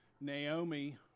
Naomi